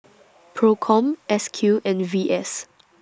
PROCOM S Q and V S